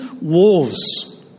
wolves